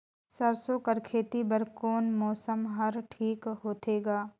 सरसो कर खेती बर कोन मौसम हर ठीक होथे ग?